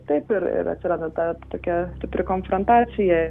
taip ir ir atsiranda ta tokia stipri konfrontacija